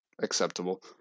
acceptable